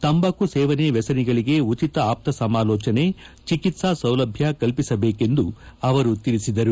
ತಂಬಾಕು ಸೇವನೆ ವ್ಯಸನಿಗಳಿಗೆ ಉಚಿತ ಆಪ್ತಸಮಾಲೋಚನೆ ಚಿಕಿತ್ಸಾ ಸೌಲಭ್ಯ ಕಲ್ಪಿಸಬೇಕೆಂದು ಅವರು ತಿಳಿಸಿದರು